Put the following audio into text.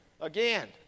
again